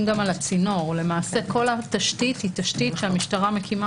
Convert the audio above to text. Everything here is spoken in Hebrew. הזאת הם מובנים בצורה כזאת שהם לא ברי אגירה.